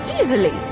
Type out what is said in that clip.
easily